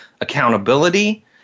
accountability